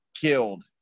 killed